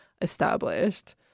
established